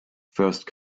first